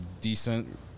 decent